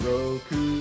Roku